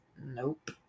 nope